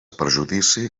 perjudici